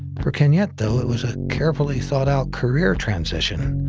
for kenyette, though, it was a carefully thought-out career transition,